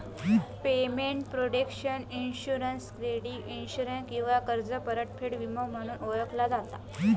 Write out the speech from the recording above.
payment protection insurance credit insurance किंवा कर्ज परतफेड विमो म्हणूनही ओळखला जाता